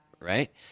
right